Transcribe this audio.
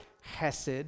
hesed